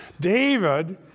David